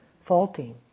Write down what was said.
faulting